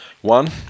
One